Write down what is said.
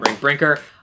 Brinker